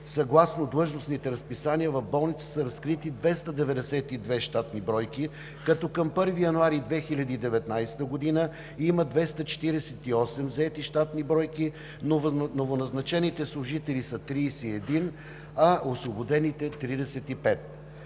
Съгласно длъжностните разписания в болницата са разкрити 292 щатни бройки, като към 1 януари 2019 г. има 248 заети щатни бройки, новоназначените служители са 31, а освободените – 35.